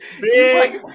big